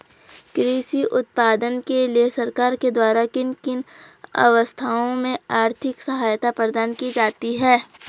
कृषि उत्पादन के लिए सरकार के द्वारा किन किन अवस्थाओं में आर्थिक सहायता प्रदान की जाती है?